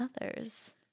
others